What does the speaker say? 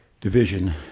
division